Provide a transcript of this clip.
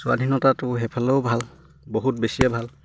স্বাধীনতাটো সেইফালেও ভাল বহুত বেছিয়ে ভাল